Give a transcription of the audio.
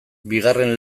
bigarren